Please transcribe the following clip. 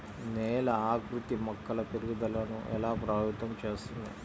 నేల ఆకృతి మొక్కల పెరుగుదలను ఎలా ప్రభావితం చేస్తుంది?